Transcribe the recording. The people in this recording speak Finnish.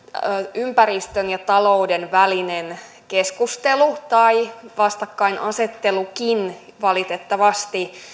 ympäristön ja talouden välinen keskustelu tai vastakkainasettelukin valitettavasti